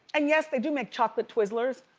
and, yes, they do make chocolate twizzlers.